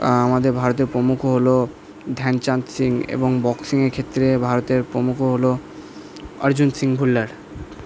আমাদের ভারতে প্রমুখ হল ধ্যানচাঁদ সিং এবং বক্সিংয়ের ক্ষেত্রে ভারতের প্রমুখ হল আর্জুন সিং ভুল্লার